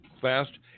fast